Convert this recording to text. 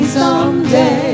someday